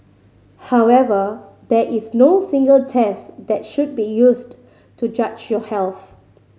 however there is no single test that should be used to judge your health